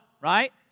right